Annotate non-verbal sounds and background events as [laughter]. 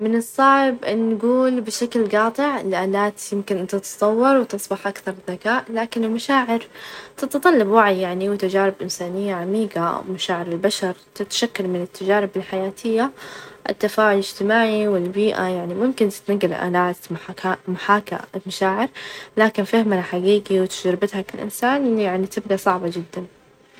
الصراحة أعتقد إن عدم حضور أحد جنازته [hesitation] بيكون شيء سيء جدا يعني حفل الزفاف يعتبر لحظة فرح، ومشاركة، لكن جنازتي تعكس نهاية الحياة ، يعني إذا ما حظر أحد يمكن يحسسك بعدم الأهمية في الحياة، أو تأثيرك على الآخرين.